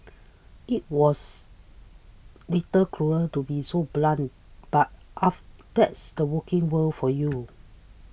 it was little cruel to be so blunt but of that's the working world for you